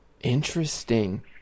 Interesting